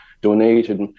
donated